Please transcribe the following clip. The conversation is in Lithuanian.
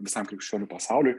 visam krikščionių pasauliui